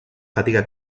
fatiga